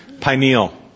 Pineal